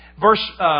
Verse